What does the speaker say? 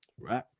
right